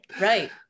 right